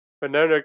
Banana